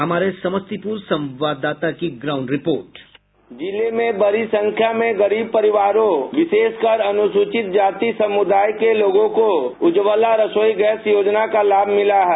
हमारे समस्तीपुर संवाददाता की ग्राउंड रिपोर्ट बाईट संवाददाता जिले में बडी संख्या में गरीब परिवारों विशेष कर अनुसूचित जाति समुदाय के लोगों को उज्ज्वला रसोई गैस योजना का लाभ मिला है